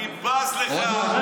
אני בז לך.